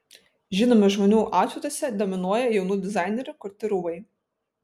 žinomų žmonių autfituose dominuoja jaunų dizainerių kurti rūbai